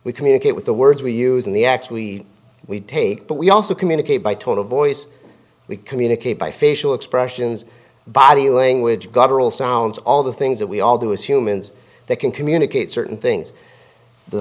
we communicate with the words we use and the acts we we take but we also communicate by tone of voice we communicate by facial expressions body language governor all sounds all the things that we all do as humans they can communicate certain things the